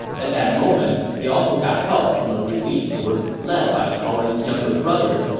at that moment, they also got help from a relief force led by cao ren's younger brother,